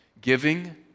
Giving